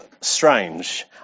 strange